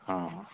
ಹಾಂ ಹಾಂ